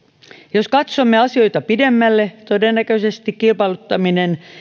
jos katsomme asioita pidemmälle todennäköisesti kilpailuttaminen